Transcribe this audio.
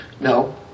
No